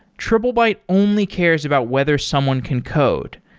triplebyte only cares about whether someone can code.